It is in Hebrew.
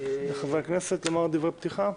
לחברי הכנסת לומר דברי פתיחה?